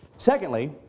Secondly